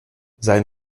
sein